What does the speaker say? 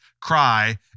cry